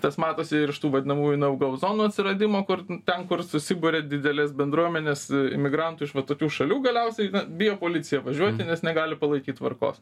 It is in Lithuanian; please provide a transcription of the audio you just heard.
tas matosi iš tų vadinamųjų naugau zonų atsiradimo kur ten kur susiburia didelės bendruomenės imigrantų iš va tokių šalių galiausiai bijo policija važiuoti nes negali palaikyt tvarkos